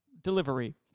Delivery